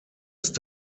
ist